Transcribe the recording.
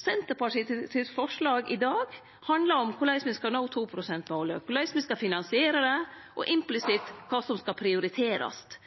Senterpartiet sitt forslag handlar om korleis me skal nå 2-prosentmålet, korleis me skal finansiere det, og implisitt kva som skal prioriterast.